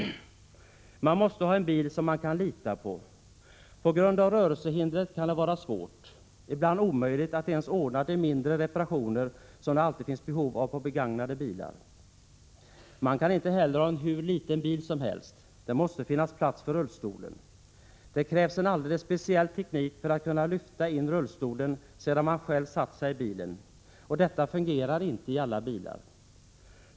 Man måste ha en bil som man kan lita på. På grund av rörelsehindret kan det vara svårt, ibland omöjligt, att ens ordna de mindre reparationer som det alltid finns behov av på begagnade bilar. Man kan inte heller ha en hur liten bil som helst, det måste finnas plats för rullstolen. Det krävs en alldeles speciell teknik för att kunna lyfta in rullstolen sedan man själv satt sig i bilen, och detta fungerar inte i alla bilar.